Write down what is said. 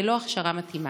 ללא הכשרה מתאימה.